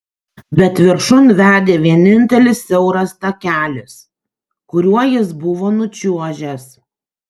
bet viršun vedė vienintelis siauras takelis kuriuo jis buvo nučiuožęs